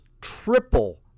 triple